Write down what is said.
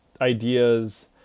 ideas